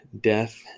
death